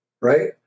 right